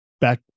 back